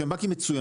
שהם בנקים מצוינים,